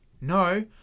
no